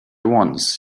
once